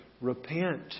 repent